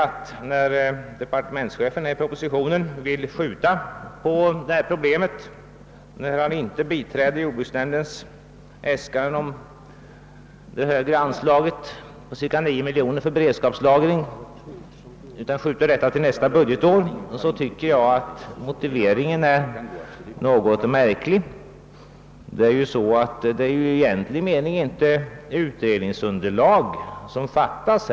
Men när departementschefen i propositionen inte biträder jordbruksnämndens äskande om det högre anslaget på cirka 9 miljoner för beredskapslagring utan skjuter på detta problem till nästa budgetår, tycker jag att motiveringen är något märklig. Det är ju inte i egentlig mening utredningsunderlag som här fattas.